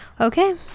Okay